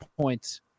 points